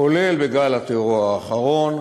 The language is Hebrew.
כולל בגל הטרור האחרון,